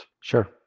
Sure